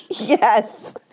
Yes